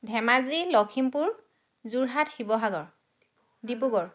Dhemaji Lakhimpur Jorhat Sivasagar Dibrugarh